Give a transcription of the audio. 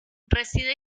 reside